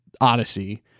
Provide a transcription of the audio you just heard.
Odyssey